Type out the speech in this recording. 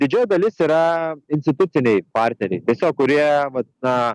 didžioji dalis yra instituciniai partneriai tiesiog kurie vat na